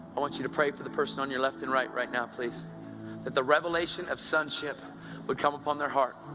i want you to pray for the person on your left and right, right now please that the revelation of sonship would but come upon their heart.